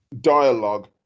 dialogue